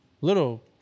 Little